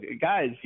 guys